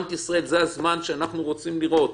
בנק ישראל, זה הזמן שבו אנחנו וערן רוצים לראות